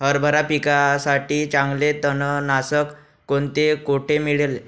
हरभरा पिकासाठी चांगले तणनाशक कोणते, कोठे मिळेल?